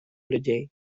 людей